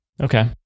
Okay